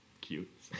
cute